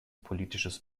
politisches